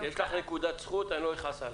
יש לך נקודת זכות, אני לא אכעס עלייך...